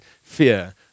fear